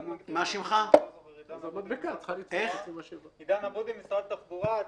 עידן עבודי, משרד התחבורה.